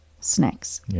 snacks